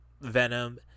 Venom